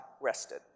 rested